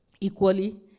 Equally